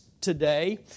today